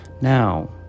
Now